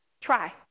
try